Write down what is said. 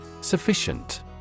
Sufficient